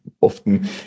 often